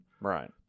Right